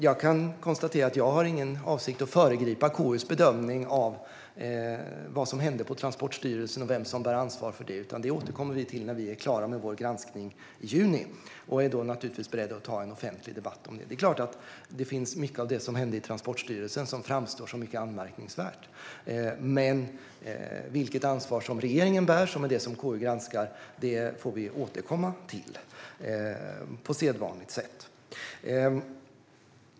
Jag kan konstatera att jag inte har för avsikt att föregripa KU:s bedömning av vad som hände på Transportstyrelsen och vem som bär ansvaret för det, utan det återkommer utskottet till när vi är klara med vår granskning i juni. Då är vi naturligtvis beredda att ta en offentlig debatt. Det är klart att mycket av det som hände i Transportstyrelsen framstår som anmärkningsvärt. Men vilket ansvar som regeringen bär, som är det som KU granskar, får vi återkomma till på sedvanligt sätt.